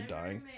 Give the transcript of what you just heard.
dying